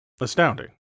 Astounding